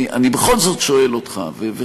אני בכל זאת שואל אותך,